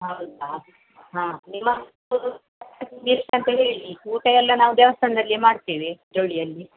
ಹೌದಾ ಹಾಂ ನಿಮ್ಮ ಎಷ್ಟು ಅಂತ ಹೇಳಿ ಊಟ ಎಲ್ಲ ನಾವು ದೇವಸ್ಥಾನ್ದಲ್ಲಿಯೇ ಮಾಡ್ತೇವೆ ಕುದ್ರೋಳಿಯಲ್ಲಿ